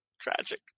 tragic